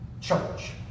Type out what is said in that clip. church